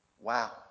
Wow